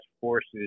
forces